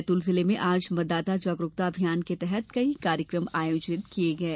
बैतूल जिले में आज मतदाता जागरूकता अभियान के अंतर्गत कई कार्यक्रम आयोजित किये गये